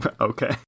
Okay